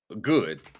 Good